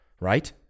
right